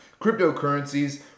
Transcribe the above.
cryptocurrencies